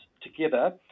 together